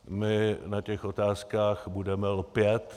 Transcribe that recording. My na těch otázkách budeme lpět.